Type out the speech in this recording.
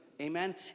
Amen